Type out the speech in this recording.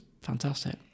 fantastic